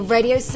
Radio